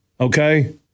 Okay